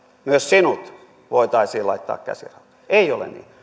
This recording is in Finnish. myös sinut voitaisiin laittaa käsirautoihin ei ole niin